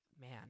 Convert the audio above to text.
man